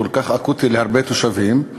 כל כך אקוטי להרבה תושבים,